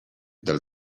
del